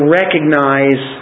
recognize